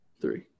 three